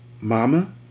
Mama